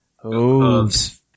Hooves